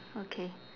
okay